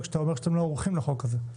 כשאתם אומרים שאתם לא ערוכים לחוק הזה?